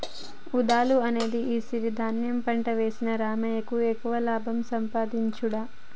వూదలు అనే ఈ సిరి ధాన్యం పంట వేసిన రామయ్యకు ఎక్కువ లాభం సంపాదించుడు